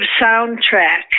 soundtrack